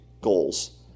goals